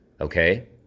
Okay